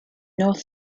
north